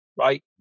right